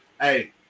hey